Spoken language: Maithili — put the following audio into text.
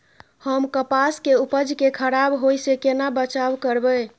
हम कपास के उपज के खराब होय से केना बचाव करबै?